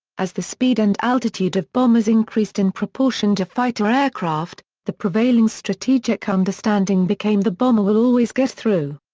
as the speed and altitude of bombers increased in proportion to fighter aircraft, the prevailing strategic understanding became the bomber will always get through.